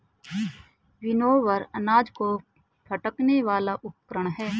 winnower अनाज को फटकने वाला उपकरण है